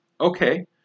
Okay